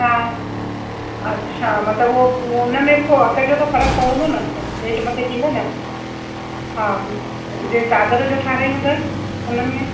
हा अच्छा मतिलबु उहो उन में पोइ अघु जो त फ़र्कु पवंदो न हेठि मथे थींदो न हा जीअं चादर जो ठहिरायूं त उन में